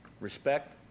respect